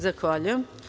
Zahvaljujem.